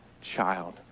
child